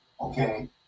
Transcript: Okay